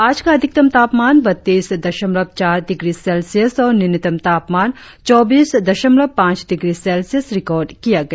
आज का अधिकतम तापमान बत्तीस दशमलव चार डिग्री सेल्सियस और न्यूनतम तापमान चौबीस दशमलव पांच डिग्री सेल्सियस रिकार्ड किया गया